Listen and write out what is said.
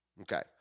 Okay